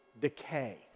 decay